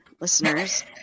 listeners